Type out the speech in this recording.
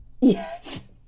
Yes